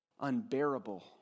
unbearable